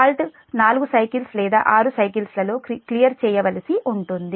fault 4 cycles లేదా 6 cycles లో clear చేయవలసి ఉంటుంది